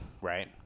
right